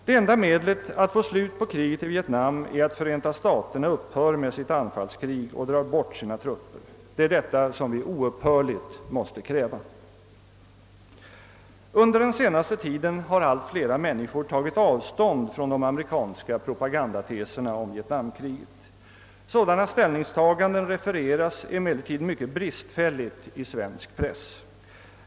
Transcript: Det enda sättet att få slut på kriget i Vietnam är att Förenta staterna upphör med sitt anfallskrig och drar bort sina trupper. Det är detta som vi oupphörligt måste kräva. Under den senaste tiden har allt flera människor tagit avstånd från de amerikanska propagandateserna om vietnamkriget. Sådana ställningstaganden refereras ofta mycket bristfälligt i svensk press.